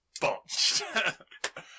botched